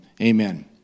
Amen